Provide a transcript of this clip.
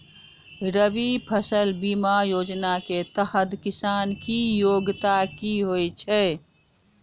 रबी फसल बीमा योजना केँ तहत किसान की योग्यता की होइ छै?